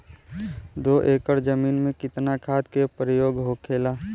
दो एकड़ जमीन में कितना खाद के प्रयोग होखेला?